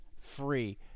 free